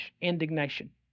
indignation